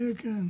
כן.